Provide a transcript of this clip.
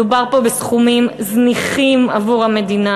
מדובר פה בסכומים זניחים עבור המדינה,